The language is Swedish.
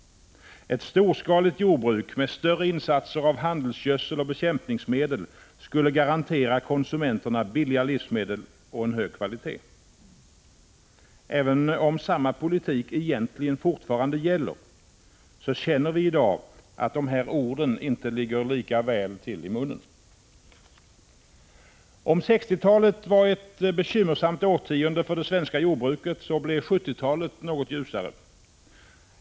Ett storskaligt jordbruk med större insatser av handelsgödsel och bekämpningsmedel skulle garantera konsumenterna billiga livsmedel och en hög kvalitet. Även om samma politik egentligen fortfarande bedrivs, känner vi i dag att de här orden inte ligger lika väl i munnen. Om 1960-talet var ett bekymmersamt årtionde för det svenska jordbruket, blev 1970-talet något ljusare.